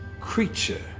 creature